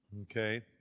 okay